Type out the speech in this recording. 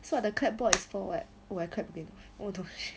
so what the clap for is for what oh I clapped it oh